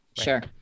sure